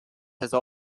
also